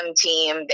team